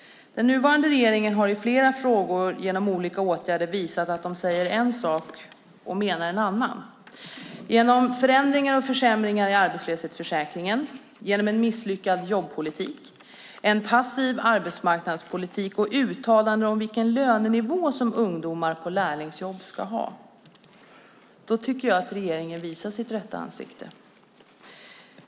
Den nuvarande regeringen har i flera frågor genom olika åtgärder visat att den säger en sak men menar en annan. Det gäller exempelvis förändringar och försämringar i arbetslöshetsförsäkringen, en misslyckad jobbpolitik, en passiv arbetsmarknadspolitik samt uttalanden om vilken lönenivå ungdomar på lärlingsjobb ska ha. Då tycker jag att regeringen visar sitt rätta ansikte.